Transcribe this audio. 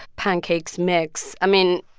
pancakes mix i mean,